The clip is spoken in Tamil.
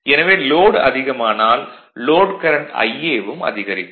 எனவே லோட் அதிகமானால் லோட் கரண்ட் Ia வும் அதிகரிக்கும்